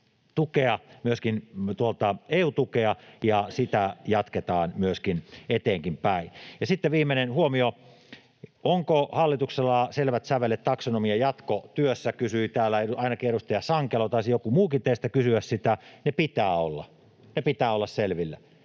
tukea, myöskin EU-tukea, ja sitä jatketaan myös eteenkin päin. Ja sitten viimeinen huomio. Onko hallituksella selvät sävelet taksonomiajatkotyössä, kysyi täällä ainakin edustaja Sankelo, taisi joku muukin teistä kysyä sitä: pitää olla, ne pitää